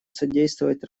содействовать